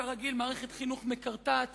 כרגיל, מערכת חינוך מקרטעת